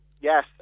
yes